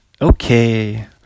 okay